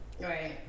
Right